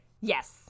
yes